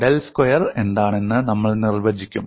del square എന്താണെന്ന് നമ്മൾ നിർവചിക്കും